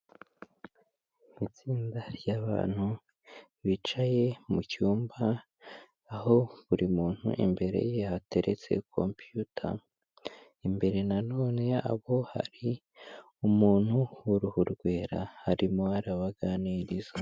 Itsinda ry'abantu bicaye mu cyumba, aho buri muntu imbere ye hateretse computer, imbere nanone yabo hari umuntu w'uruhu rwera, arimo arabaganiriza.